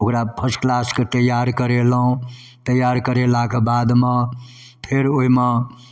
ओकरा फर्स्ट किलासके तैआर करेलहुँ तैआर करेलाके बादमे फेर ओहिमे